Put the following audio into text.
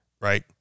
right